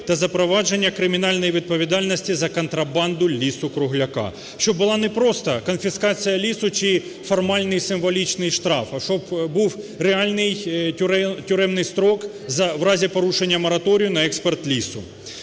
та запровадження кримінальної відповідальності за контрабанду лісу-кругляка, щоб була не просто конфіскація лісу чи формальний, символічний штраф, а щоб був реальний тюремний строк в разі порушення мораторію на експорт лісу.